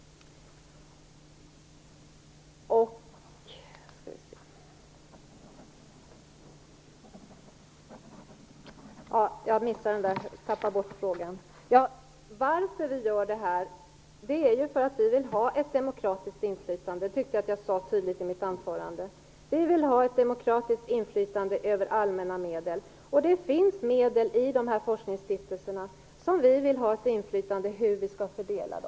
Jag tappade bort Stig Rindborgs fråga. Anledningen till att vi gör detta är att vi vill ha ett demokratiskt inflytande. Det tycker jag att jag sade tydligt i mitt anförande. Vi vill ha ett demokratiskt inflytande över allmänna medel. Vi vill ha ett inflytande över hur medel som finns i forskningsstiftelserna skall fördelas.